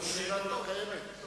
לא שרירה ולא קיימת.